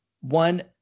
One